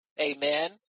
Amen